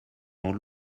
dans